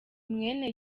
mwene